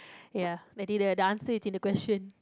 ya I think the the answer is in the question